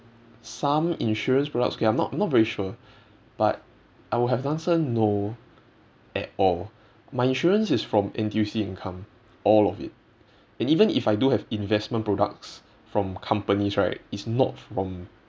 some insurance products okay I'm not not very sure but I would have to answer no at all my insurance is from N_T_U_C income all of it and even if I do have investment products from companies right it's not from